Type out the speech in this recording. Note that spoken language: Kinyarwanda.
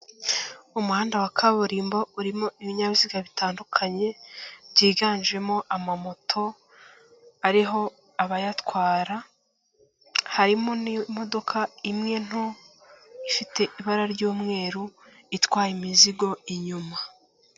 Umuhanda wa kaburimbo urimo ibinyabiziga bitandukanye, byiganjemo amamoto ariho abayatwara, harimo n'imodoka imwe nto ifite ibara ry'umweru itwaye imizigo inyuma.